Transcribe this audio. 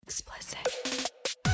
Explicit